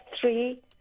three